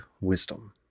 wisdom